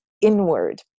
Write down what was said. inward